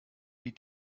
die